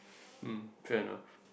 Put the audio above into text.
mm fair enough